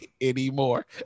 anymore